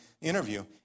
interview